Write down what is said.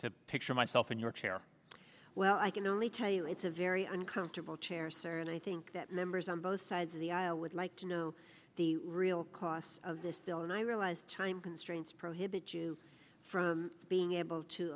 to picture myself in your chair well i can only tell you it's a very uncomfortable chair sir and i think that members on both sides of the aisle would like to know the real costs of this bill and i realize time constraints prohibit you from being able to